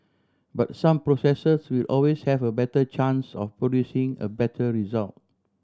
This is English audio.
but some processes will always have a better chance of producing a better result